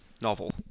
novel